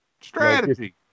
Strategy